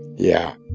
yeah